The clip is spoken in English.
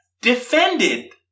defended